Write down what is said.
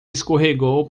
escorregou